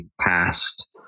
past